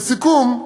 לסיכום,